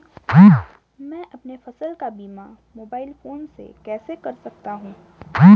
मैं अपनी फसल का बीमा मोबाइल फोन से कैसे कर सकता हूँ?